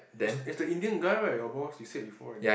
it's it's the Indian guy right your boss you said before I think